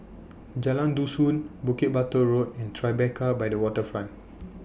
Jalan Dusun Bukit Batok Road and Tribeca By The Waterfront